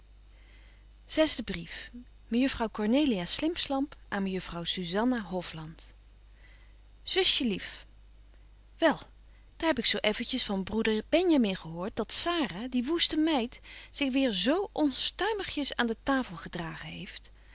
zesde brief mejuffrouw cornelia slimpslamp aan mejuffrouw zuzanna hofland zusje lief wel daar heb ik zo effentjes van broeder benjamin gehoort dat sara die woeste meid zich weer zo onstuimigjes aan de tafel gedragen heeft